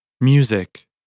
Music